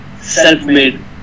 self-made